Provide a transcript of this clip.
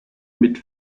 mit